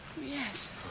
Yes